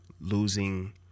losing